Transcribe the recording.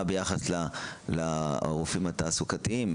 מה ביחס לרופאים התעסוקתיים?